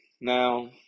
Now